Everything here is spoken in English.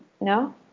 no